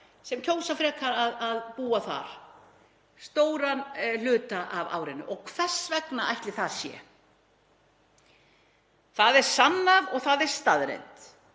sem kjósa frekar að búa þar stóran hluta af árinu. Og hvers vegna ætli það sé? Það er sannað og það er staðreynd